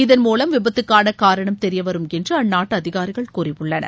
இதன் மூலம் விபத்துக்கான காரணம் தெரியவரும் என்று அந்நாட்டு அதிகாரிகள் கூறியுள்ளனர்